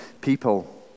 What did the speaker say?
people